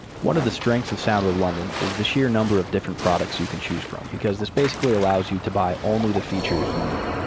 one of the strengths of soundweb london is the sheer number of different products you can choose from, because this basically allows you to buy only the features you need.